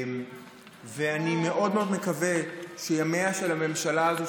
ואני מאוד מאוד מקווה שימיה של הממשלה הזו,